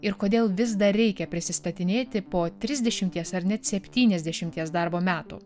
ir kodėl vis dar reikia prisistatinėti po trisdešimties ar net septyniasdešimties darbo metų